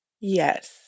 yes